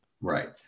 Right